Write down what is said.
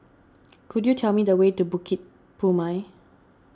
could you tell me the way to Bukit Purmei